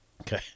Okay